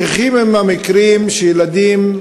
שכיחים המקרים שילדים,